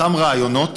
אותם רעיונות